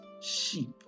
sheep